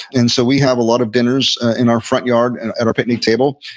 and so we have a lot of dinners in our front yard, and at our picnic table,